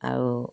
আৰু